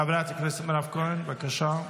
חברת הכנסת מירב כהן, בבקשה.